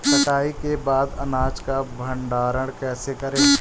कटाई के बाद अनाज का भंडारण कैसे करें?